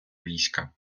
війська